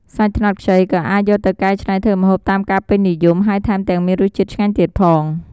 សាច់ត្នោតខ្ចី ក៏អាចយកទៅកែច្នៃធ្វើម្ហូបតាមការពេញនិយម ហើយថែមទាំងមានរសជាតិឆ្ងាញ់ទៀតផង។